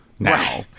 Now